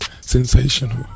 Sensational